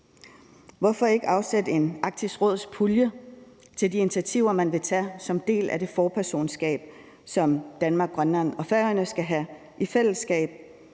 Hvorfor ikke afsætte en Arktisk Råd-pulje til de initiativer, man vil tage som del af det forpersonskab, som Danmark, Grønland og Færøerne skal have i fællesskab?